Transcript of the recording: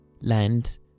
land